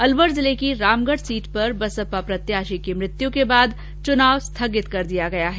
अलवर जिले की रामगढ सीट पर बसपा प्रत्याशी की मृत्यू के बाद चूनाव स्थगित किया गया है